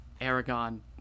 Aragon